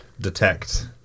detect